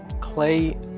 clay